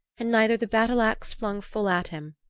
and neither the battle-axe flung full at him,